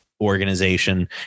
organization